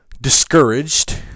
discouraged